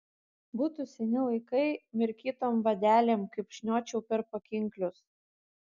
būtų seni laikai mirkytom vadelėm kaip šniočiau per pakinklius